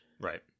Right